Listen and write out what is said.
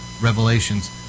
revelations